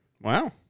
Wow